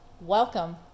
Welcome